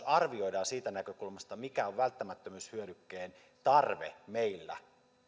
arvioidaan myös siitä näkökulmasta mikä on välttämättömyyshyödykkeen tarve meillä